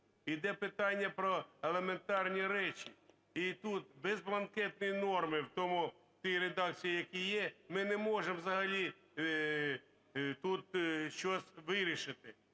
Іде питання про елементарні речі. І тут без бланкетної норми в тій редакції, в якій є, ми не можемо взагалі тут щось вирішити.